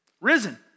Risen